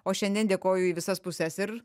o šiandien dėkoju į visas puses ir